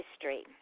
history